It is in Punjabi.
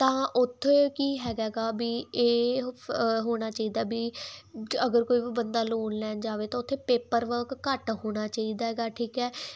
ਤਾਂ ਉਥੇ ਕੀ ਹੈਗਾ ਐਗਾ ਵੀ ਇਹ ਹੋਣਾ ਚਾਹੀਦਾ ਬੀ ਅਗਰ ਕੋਈ ਬੰਦਾ ਲੋਨ ਲੈ ਜਾਵੇ ਤਾਂ ਉੱਥੇ ਪੇਪਰ ਵਰਕ ਘੱਟ ਹੋਣਾ ਚਾਹੀਦਾ ਹੈਗਾ ਠੀਕ ਹੈ